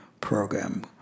program